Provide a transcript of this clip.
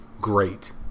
great